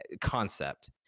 concept